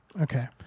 okay